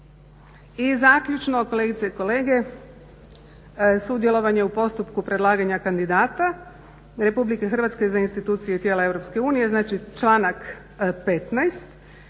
I zaključno, kolegice i kolege, sudjelovanje u postupku predlaganja kandidata Republike Hrvatske za institucije i tijela Europske unije, znači članak 15.